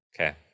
Okay